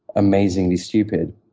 amazingly stupid.